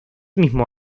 mismo